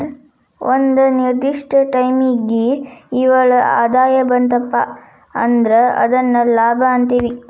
ಒಂದ ನಿರ್ದಿಷ್ಟ ಟೈಮಿಗಿ ನಿವ್ವಳ ಆದಾಯ ಬಂತಪಾ ಅಂದ್ರ ಅದನ್ನ ಲಾಭ ಅಂತೇವಿ